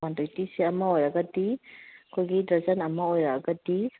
one ꯇ꯭ꯋꯦꯟꯇꯤꯁꯦ ꯑꯃ ꯑꯣꯏꯔꯒꯗꯤ ꯑꯩꯈꯣꯏꯒꯤ ꯗꯔꯖꯟ ꯑꯃ ꯑꯣꯏꯔꯛꯑꯒꯗꯤ